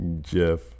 Jeff